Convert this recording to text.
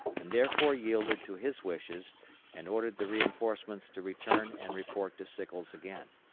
and therefore yielded to his wishes and ordered the reinforcements to return and report to sickles again.